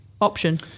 option